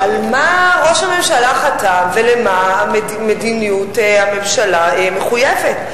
ראש הממשלה חתם ולאיזו מדיניות הממשלה מחויבת.